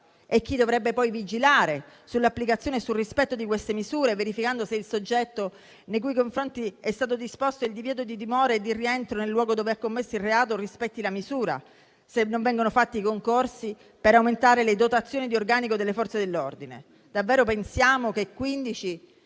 Chi dovrebbe poi vigilare sull'applicazione e sul rispetto di queste misure, verificando se il soggetto nei cui confronti è stato disposto il divieto di dimora e di rientro nel luogo dove ha commesso il reato rispetti la misura, se non vengono fatti i concorsi per aumentare le dotazioni di organico delle Forze dell'ordine? Davvero pensiamo che 15